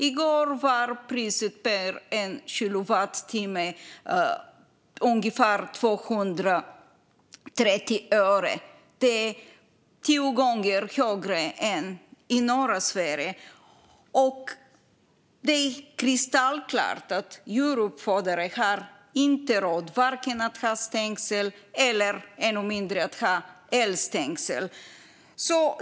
I går var priset per kilowattimme 230 öre. Det är tio gånger högre än i norra Sverige. Det är kristallklart att djuruppfödare inte har råd att ha stängsel, än mindre att ha elstängsel.